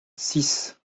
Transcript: six